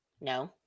No